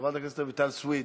חברת הכנסת רויטל סויד,